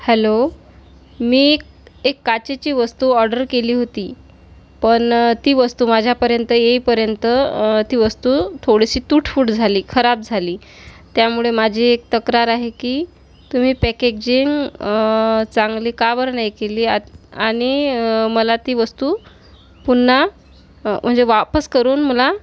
hello मी एक एक काचेची वस्तू ऑर्डर केली होती पण ती वस्तू माझ्यापर्यंत येईपर्यंत ती वस्तू थोडीशी तुटफूट झाली खराब झाली त्यामुळे माझी एक तक्रार आहे की तुम्ही पॅकेजिंग चांगली का बरं नाही केली आ आणि मला ती वस्तू पुन्हा म्हणजे वापस करून मला